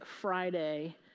Friday